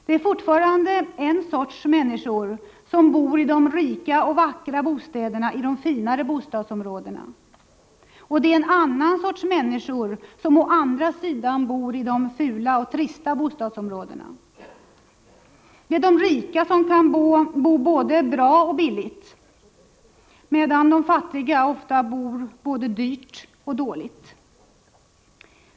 Det är fortfarande en sorts människor som bor i de rika och vackra bostäderna i de finare bostadsområdena, och det är en annan sorts människor som bor i de fula och trista bostadsområdena. Det är de rika som kan bo både bra och billigt, medan de fattiga ofta bor både dyrt och dåligt.